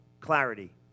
clarity